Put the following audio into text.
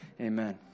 amen